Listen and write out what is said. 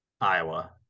Iowa